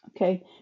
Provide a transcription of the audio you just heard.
okay